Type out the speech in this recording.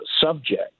subject